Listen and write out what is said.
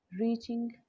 reaching